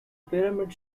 pyramid